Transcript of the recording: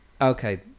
Okay